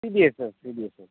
CBS தான் CBS தான்